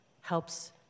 helps